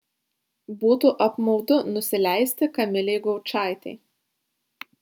būtų apmaudu nusileisti kamilei gaučaitei